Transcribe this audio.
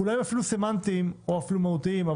אפילו סמנטיים או מהותיים,